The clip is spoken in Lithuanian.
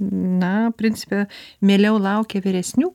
na principe mieliau laukia vyresnių